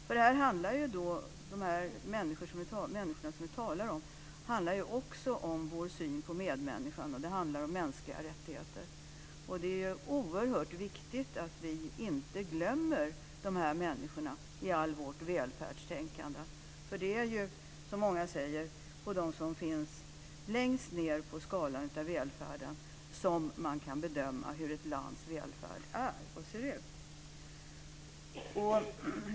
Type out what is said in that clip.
När det gäller de människor vi talar om handlar det också om vår syn på medmänniskan och mänskliga rättigheter. Det är oerhört viktigt att vi inte glömmer dessa människor i allt vårt välfärdstänkande. Som många säger är det på omsorgen om dem som befinner sig längst ned på välfärdsskalan som man kan bedöma hur ett lands välfärd är.